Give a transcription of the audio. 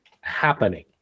happening